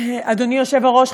אדוני היושב-ראש,